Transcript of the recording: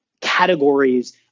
categories